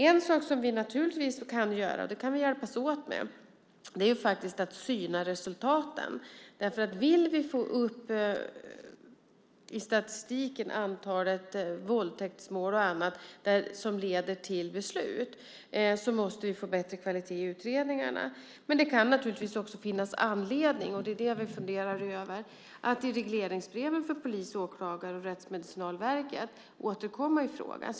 En sak som vi naturligtvis kan göra - det kan vi hjälpas åt med - är att syna resultaten. Vill vi få upp antalet våldtäktsmål och annat som leder till beslut i statistiken så måste vi få bättre kvalitet i utredningarna. Men det kan naturligtvis också finnas anledning - det är det jag vill fundera över - att i regleringsbreven för polis, åklagare och Rättsmedicinalverket återkomma i frågan.